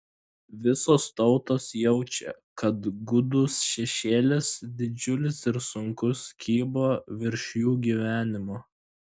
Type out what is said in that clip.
visos tautos jaučia kad gūdus šešėlis didžiulis ir sunkus kybo virš jų gyvenimo